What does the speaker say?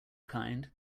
kind